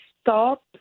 stop